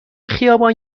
خیابان